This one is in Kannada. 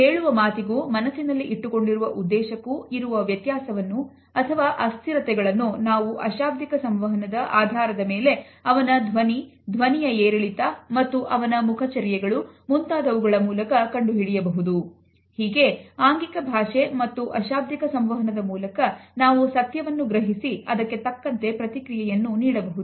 ಹೀಗೆ ಆಂಗಿಕ ಭಾಷೆ ಮತ್ತು ಅಶಾಬ್ದಿಕ ಸಂವಹನದ ಮೂಲಕ ನಾವು ಸತ್ಯವನ್ನು ಗ್ರಹಿಸಿ ಅದಕ್ಕೆ ತಕ್ಕಂತೆ ಪ್ರತಿಕ್ರಿಯೆಯನ್ನು ನೀಡಬಹುದು